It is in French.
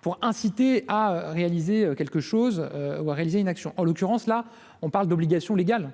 pour inciter à réaliser quelque chose ou à réaliser une action en l'occurrence, là on parle d'obligation légale